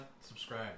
subscribe